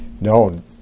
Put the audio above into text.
No